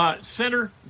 Center